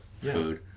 food